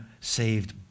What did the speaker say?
saved